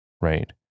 right